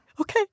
okay